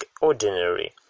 ordinary